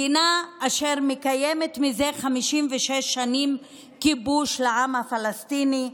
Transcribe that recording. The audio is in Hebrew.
מדינה אשר מקיימת מזה 56 שנים כיבוש לעם הפלסטיני,